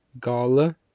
Gala